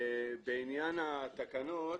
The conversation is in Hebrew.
בעניין התקנות,